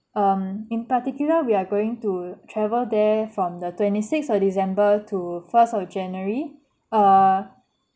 um in particular we're going to travel there from the twenty sixth of december to first of january err